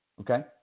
okay